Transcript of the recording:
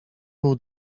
był